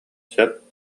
сөп